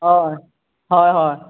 অ হয় হয়